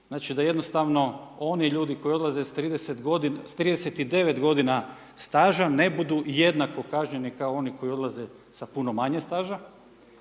znači da jednostavno oni ljudi koji odlaze sa 39 g. staža ne budu jednako kažnjeni koji odlaze sa puno manje staža.